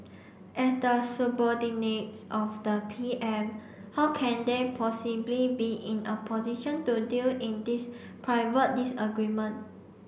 as the subordinates of the P M how can they possibly be in a position to deal in this private disagreement